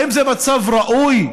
האם זה מצב ראוי?